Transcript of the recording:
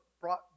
brought